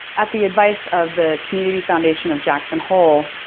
at the advice of the community foundation of jackson hole,